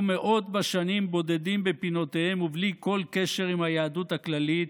מאות בשנים בודדים בפינותיהם ובלי כל קשר עם היהדות הכללית,